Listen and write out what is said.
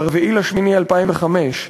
ב-4 באוגוסט 2005,